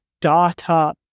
data